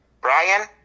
Brian